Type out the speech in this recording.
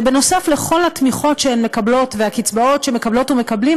ובנוסף על כל התמיכות שהן מקבלות והקצבאות שמקבלות ומקבלים,